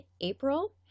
April